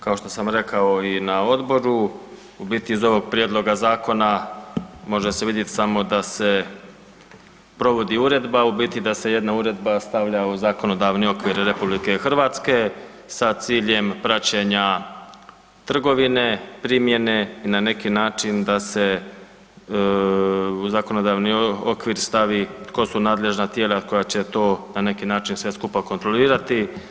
Kao što sam rekao i na odboru, u biti iz ovog prijedloga zakona može se vidjet samo da se provodi uredba, u biti da se jedna uredba stavlja u zakonodavni okvir RH sa ciljem praćenja trgovine, primjene, na neki način da se u zakonodavni okvir stavi tko su nadležna tijela koja će to na neki način sve skupa kontrolirati.